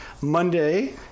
Monday